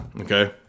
Okay